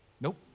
Nope